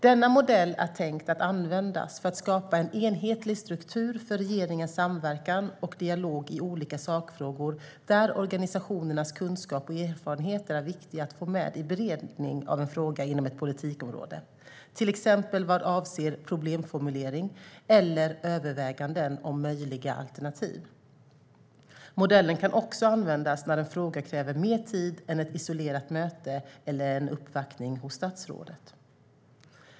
Denna modell är tänkt att användas för att skapa en enhetlig struktur för regeringens samverkan och dialog i olika sakfrågor där organisationernas kunskap och erfarenheter är viktiga att få med i beredning av en fråga inom ett politikområde, till exempel vad avser problemformulering eller överväganden om möjliga alternativ. Modellen kan också användas när en fråga kräver mer tid än ett isolerat möte eller en uppvaktning hos statsrådet.